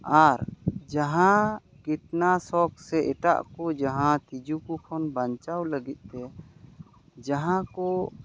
ᱟᱨ ᱡᱟᱦᱟᱸ ᱠᱤᱴᱱᱟᱥᱚᱠ ᱥᱮ ᱮᱴᱟᱜ ᱠᱚ ᱡᱟᱦᱟᱸ ᱛᱤᱡᱩ ᱠᱚ ᱠᱷᱚᱱ ᱵᱟᱧᱪᱟᱣ ᱞᱟᱹᱜᱤᱫ ᱛᱮ ᱡᱟᱦᱟᱸ ᱠᱚ